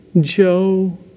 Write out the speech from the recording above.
Joe